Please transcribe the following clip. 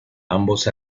ambos